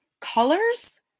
colors